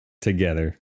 Together